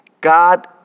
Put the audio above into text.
God